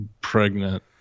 pregnant